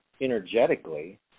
energetically